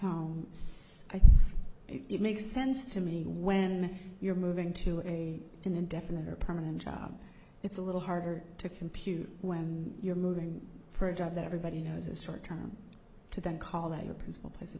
think it makes sense to me when you're moving to in an indefinite or permanent job it's a little harder to compute when you're moving for a job that everybody knows is short term to then call that a principal place of